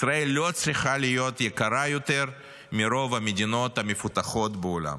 ישראל לא צריכה להיות יקרה יותר מרוב המדינות המפותחות בעולם.